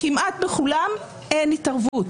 כמעט בכולם אין התערבות.